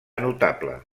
notable